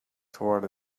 toward